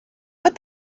but